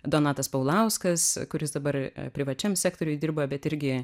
donatas paulauskas kuris dabar privačiam sektoriuj dirba bet irgi